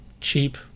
cheap